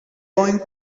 going